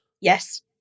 Yes